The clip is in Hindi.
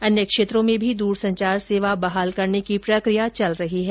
अन्य क्षेत्रों में भी दूरसंचार सेवा बहाल करने की प्रक्रिया चल रही है